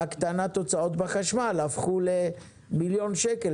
הקטנת הוצאות בחשמל הפכו למיליון שקל